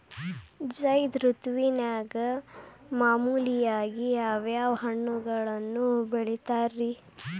ಝೈದ್ ಋತುವಿನಾಗ ಮಾಮೂಲಾಗಿ ಯಾವ್ಯಾವ ಹಣ್ಣುಗಳನ್ನ ಬೆಳಿತಾರ ರೇ?